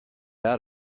out